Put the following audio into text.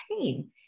pain